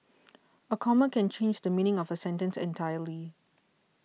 a comma can change the meaning of a sentence entirely